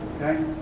okay